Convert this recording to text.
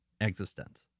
Existence